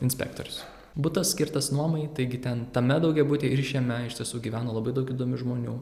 inspektorius butas skirtas nuomai taigi ten tame daugiabutyje ir šiame iš tiesų gyveno labai daug įdomių žmonių